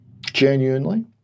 genuinely